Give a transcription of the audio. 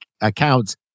accounts